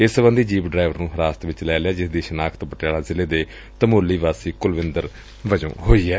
ਇਸ ਸਬੰਧੀ jeep driver ਨੂੰ ਹਿਰਾਸਤ ਵਿਚ ਲਿਆ ਗੈਐ ਜਿਸ ਦੀ ਸ਼ਨਾਖਤ ਪਟਿਆਲਾ ਜ਼ਿਲ੍ਹੇ ਦੇ ਧਮੋਲੀ ਵਾਸੀ ਕੁਲਵਿੰਦਰ ਸਿੰਘ ਵਜੋਂ ਹੋਈ ਏ